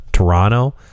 Toronto